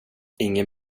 ingen